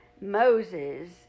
Moses